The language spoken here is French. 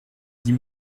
dit